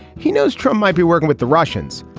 he knows trump might be working with the russians,